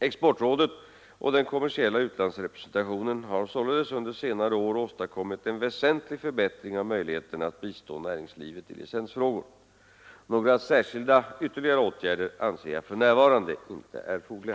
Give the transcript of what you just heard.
Exportrådet och den kommersiella utlandsrepresentationen har således under senare år åstadkommit en väsentlig förbättring av möjligheterna att bistå näringslivet i licensfrågor. Några särskilda, ytterligare åtgärder anser jag för närvarande inte erforderliga.